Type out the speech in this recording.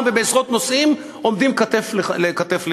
ובעשרות נושאים עומדים כתף אל כתף אתנו.